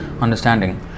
understanding